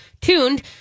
tuned